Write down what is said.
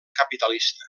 capitalista